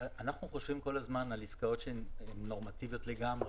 אנחנו חושבים כל הזמן על עסקאות נורמטיביות לגמרי.